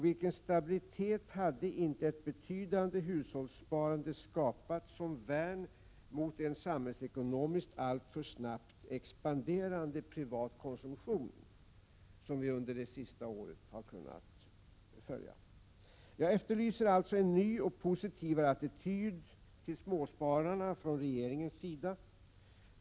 Vilken stabilitet hade inte ett betydande hushållssparande skapat som värn mot en samhällsekonomiskt alltför snabbt expanderande privat konsumtion, som vi under det senaste året kunnat notera. Jag efterlyser allså en ny och positivare attityd till småsparande från regeringens sida.